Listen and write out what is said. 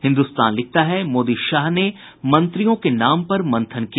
हिन्दुस्तान लिखता है मोदी शाह ने मंत्रियों के नाम पर मंथन किया